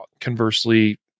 conversely